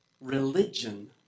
Religion